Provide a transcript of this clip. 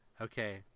Okay